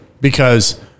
Because-